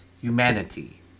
humanity